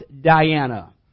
Diana